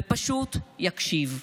ופשוט יקשיב.